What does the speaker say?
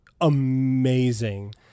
amazing